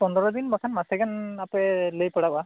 ᱯᱚᱱᱨᱚ ᱫᱤᱱ ᱵᱟᱝᱠᱷᱟᱱ ᱢᱟᱥᱮᱜᱟᱱ ᱟᱯᱮ ᱞᱟᱹᱭ ᱯᱟᱲᱟᱜᱼᱟ